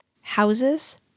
houses